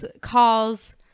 calls